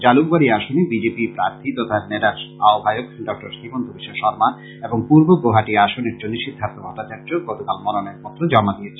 জালুকবারী আসনে B J P প্রার্থী তথা নেডার আহ্বায়ক ডক্টর হিমন্তবিশ্ব শর্মা এবং পূর্ব গৌহাটি আসনের জন্য সিদ্ধার্থ ভট্টাচার্য গতকাল মনোনয়নপত্র জমা দিয়েছেন